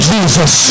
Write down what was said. Jesus